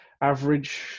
Average